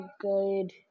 good